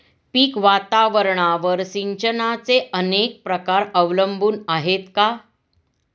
पीक वातावरणावर सिंचनाचे अनेक प्रकार अवलंबून आहेत का?